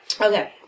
Okay